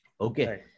Okay